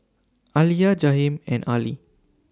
Alia Jaheim and Arlie